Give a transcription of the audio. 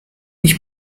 ich